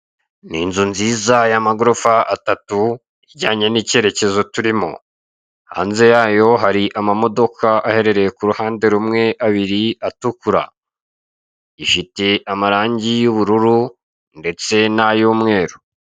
Ni inzu nziza y'amagorofa atatu ijyanye n'icyerekezo turimo, hanze yayo hari amamodoka aherereye ku ruhande rumwe abiri atukura. Ifite amarangi y'ubururu ndetse nay'umweru.